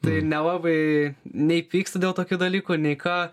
tai nelabai nei pyksti dėl tokių dalykų nei ką